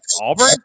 Auburn